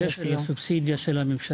דבר אחרון, בקשר לסובסידיה של הממשלה,